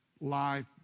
life